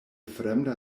fremda